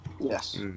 Yes